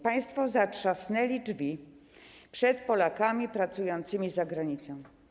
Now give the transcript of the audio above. Państwo zatrzasnęli drzwi przed Polakami pracującymi za granicą.